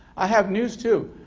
i have news too,